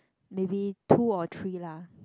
maybe two or three lah